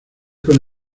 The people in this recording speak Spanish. con